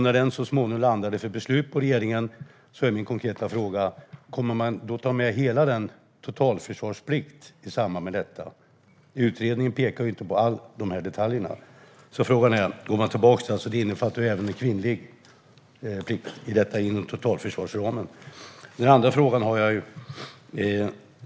När den så småningom landar för beslut hos regeringen, kommer då regeringen att ta med hela frågan om totalförsvarsplikten? Utredningen pekar inte på alla detaljerna. Det här innefattar även en kvinnlig plikt inom totalförsvarsramen. Jag har ytterligare en fråga.